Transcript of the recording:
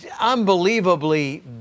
unbelievably